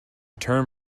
term